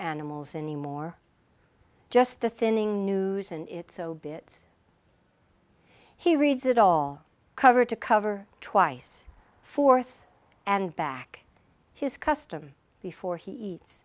animals any more just the thinning news and it's obits he reads it all cover to cover twice fourth and back his custom before he eats